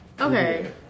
Okay